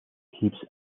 keeps